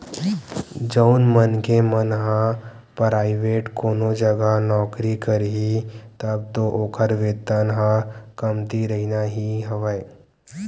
जउन मनखे मन ह पराइवेंट कोनो जघा नौकरी करही तब तो ओखर वेतन ह कमती रहिना ही हवय